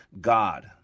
God